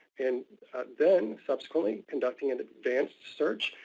and then, subsequently, conducting an advanced search.